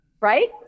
Right